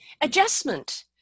Adjustment